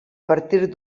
partir